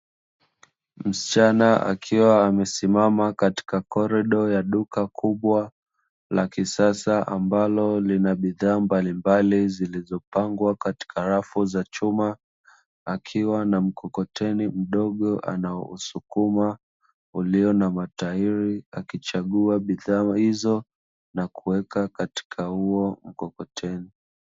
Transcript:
Msichana akiwa amesimama katika korido ya duka kubwa la kisasa. Ambalo Lina bidhaa mbalimbali zilizopangwa katika rafu za chuma. Akiwa na mkokoteni mdogo anaousukuma ulio na matairi akichagua bidhaa hizo, na kuweka kwenye huo mkokoteni.